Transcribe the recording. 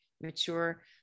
mature